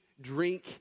drink